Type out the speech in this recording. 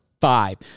five